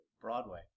Broadway